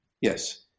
yes